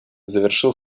завершил